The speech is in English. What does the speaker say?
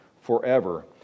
forever